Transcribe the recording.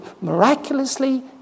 miraculously